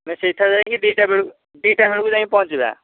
ଆମେ ସେଠାରେ ଯାଇକି ଦୁଇଟା ବେଳକୁ ଦୁଇଟା ବେଳକୁ ଯାଇକି ପହଞ୍ଚିବା